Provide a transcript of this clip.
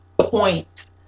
point